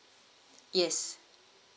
yes